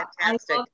fantastic